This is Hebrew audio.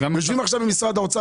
ויושבים עכשיו במשרד האוצר,